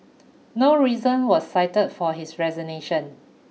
no reason was cited for his resignation